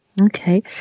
Okay